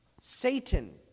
Satan